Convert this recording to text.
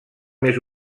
més